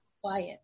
quiet